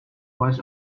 was